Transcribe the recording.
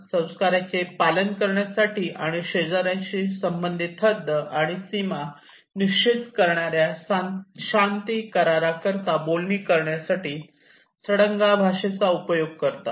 संस्कारांचे पालन करण्यासाठी आणि शेजार्यांशी संबंधित हद्द आणि सीमा निश्चित करणार्या शांती करारांकरिता बोलणी करण्यासाठी सडंगा भाषेचा वापर करतात